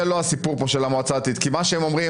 זה לא הסיפור פה של המועצה הדתית כי מה שהם אומרים